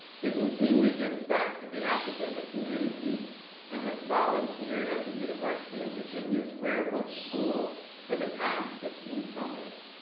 he routinely gives back to the academic community and has volunteered at the university of virginia's rare book school for the past fifteen summers.